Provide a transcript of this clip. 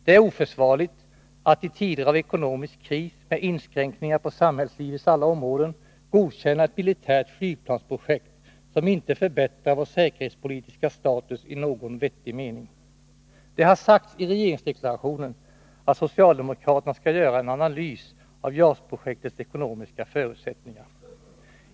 Det är oförsvarligt att i tider av ekonomisk kris, med inskränkningar på samhällslivets alla områden, godkänna ett militärt flygplansprojekt, som inte förbättrar vår säkerhetspolitiska status i någon vettig mening. Det har sagts i regeringsdeklarationen att socialdemokraterna skall göra en analys av JAS-projektets ekonomiska förutsättningar.